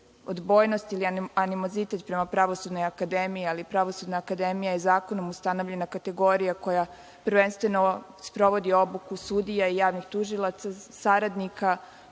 odbojnost ili animozitet prema Pravosudnoj akademiji, ali Pravosudna akademija je zakonom ustanovljena kategorija koja prvenstveno sprovodi obuku sudija i javnih tužilaca, saradnika,